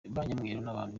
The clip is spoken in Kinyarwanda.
n’abantu